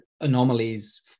anomalies